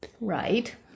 Right